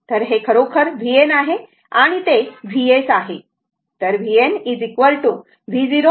तर हे खरोखर vn आहे आणि ते Vs आहे